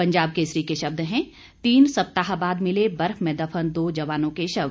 पंजाब केसरी के शब्द हैं तीन सप्ताह बाद मिले बर्फ में दफन दो जवानों के शव